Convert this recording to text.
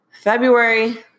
February